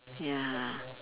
ya